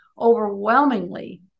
overwhelmingly